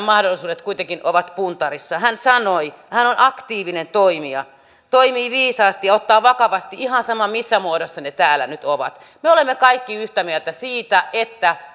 mahdollisuudet kuitenkin ovat puntarissa hän on aktiivinen toimija toimii viisaasti ja ottaa vakavasti ihan sama missä muodossa ne täällä nyt ovat me olemme kaikki yhtä mieltä siitä että